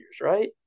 right